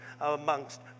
amongst